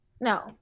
No